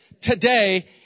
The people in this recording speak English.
today